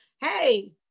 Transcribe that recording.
hey